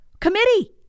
committee